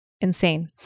Insane